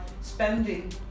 spending